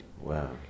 Wow